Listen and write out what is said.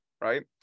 right